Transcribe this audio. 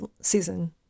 season